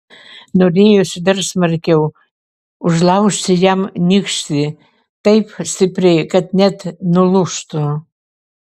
norėjosi dar smarkiau užlaužti jam nykštį taip stipriai kad net nulūžtų